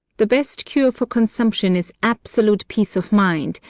the best cure for consumption is absolute peace of mind,